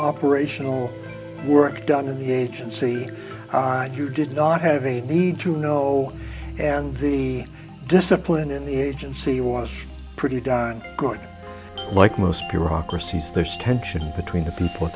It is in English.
operational work done in the agency you did not have a need to know and the discipline in the agency was pretty darn good like most pure ocracy so there's tension between the people at